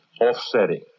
offsetting